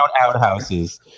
Outhouses